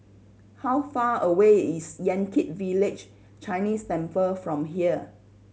how far away is Yan Kit Village Chinese Temple from here